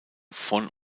von